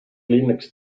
linux